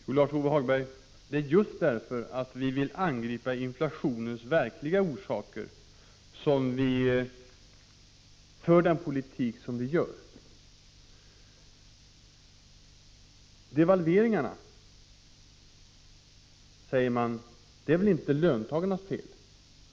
Fru talman! Jo, Lars-Ove Hagberg, det är just därför att vi vill angripa inflationens verkliga orsaker som vi för den politik som vi gör. Devalveringarna, säger man, är väl inte löntagarnas fel.